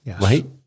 right